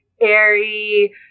airy